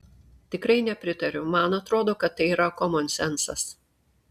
tikrai nepritariu man atrodo kad tai yra komonsencas